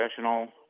professional